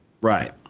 right